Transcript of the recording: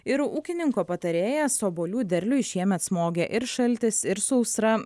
ir ūkininko patarėjas obuolių derliui šiemet smogė ir šaltis ir sausra